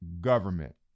government